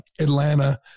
Atlanta